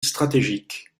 stratégique